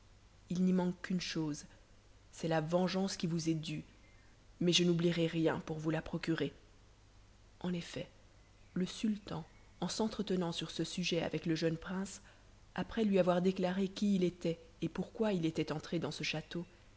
il n'y manque qu'une chose c'est la vengeance qui vous est due mais je n'oublierai rien pour vous la procurer en effet le sultan en s'entretenant sur ce sujet avec le jeune prince après lui avoir déclaré qui il était et pourquoi il était entré dans ce château